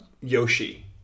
Yoshi